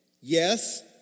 yes